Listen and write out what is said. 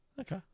Okay